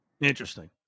Interesting